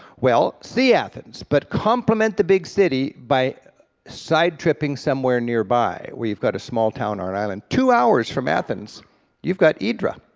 well, see athens, but compliment the big city by side tripping somewhere nearby, where you've got a small town on an island. two hours from athens you've got hydra.